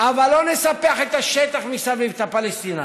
אבל לא נספח את השטח מסביב, את הפלסטינים.